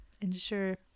ensure